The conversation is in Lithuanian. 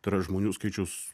tai yra žmonių skaičiaus